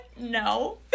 no